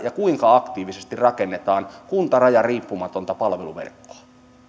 ja kuinka aktiivisesti siellä tällä hetkellä rakennetaan kuntarajariippumatonta palveluverkkoa